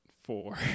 four